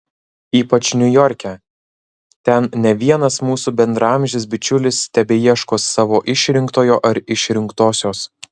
ypač niujorke ten ne vienas mūsų bendraamžis bičiulis tebeieško savo išrinktojo ar išrinktosios